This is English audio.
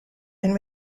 and